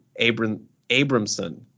Abramson